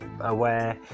aware